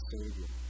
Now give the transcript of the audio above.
Savior